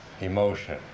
emotion